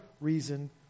reason